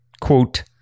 Quote